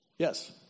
Yes